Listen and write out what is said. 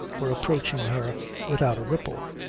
were approaching her without a ripple,